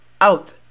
out